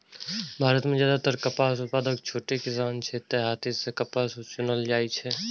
भारत मे जादेतर कपास उत्पादक छोट किसान छै, तें हाथे सं कपास चुनल जाइ छै